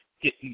get